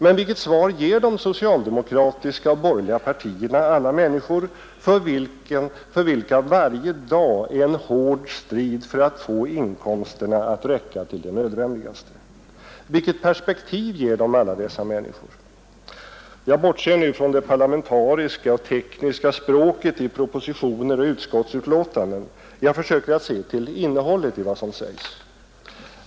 Men vilket svar ger de socialdemokratiska och borgerliga partierna alla människor för vilka varje dag är en hård strid för att få inkomsterna att räcka till det nödvändigaste? Vilket perspektiv ger de alla dessa människor? Jag bortser nu från det parlamentariska och tekniska språket i propositioner och utskottsbetänkanden. Jag försöker att se till innehållet i vad som sägs.